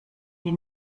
die